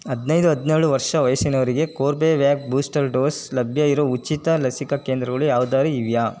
ಹದಿನೈದು ಹದಿನೇಳು ವರ್ಷ ವಯಸ್ಸಿನವರಿಗೆ ಕೋರ್ಬೆ ವ್ಯಾಕ್ ಬೂಸ್ಟರ್ ಡೋಸ್ ಲಭ್ಯ ಇರೋ ಉಚಿತ ಲಸಿಕಾ ಕೇಂದ್ರಗಳು ಯಾವುದಾರೂ ಇವೆಯೇ